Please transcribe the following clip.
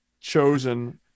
chosen